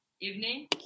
evening